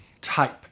type